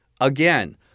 Again